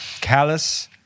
Callous